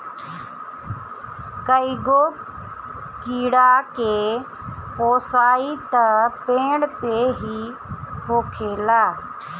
कईगो कीड़ा के पोसाई त पेड़ पे ही होखेला